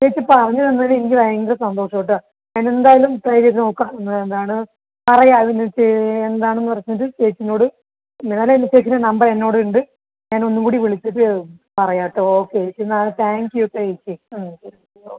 ചേച്ചി പറഞ്ഞ് തന്നതിന് എനിക്ക് ഭയങ്കര സന്തോഷം കേട്ടാ ഞാൻ എന്തായാലും ട്രൈ ചെയ്ത് നോക്കം നിങ്ങൾ എന്താണ് പറയുക പിന്നെ എന്താണ് പറഞ്ഞത് ചേച്ചീനോട് എന്നതാണേലും ചേച്ചീടെ നമ്പർ എന്നോട് ഉണ്ട് ഞാൻ ഒന്നും കൂടി വിളിച്ചിട്ട് പറയാം കേട്ടോ ഓക്കെ ചേച്ചി എന്നാൽ താങ്ക് യു കേട്ടോ ചേച്ചി ഉം ശരി ഓ